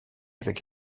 avec